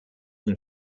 than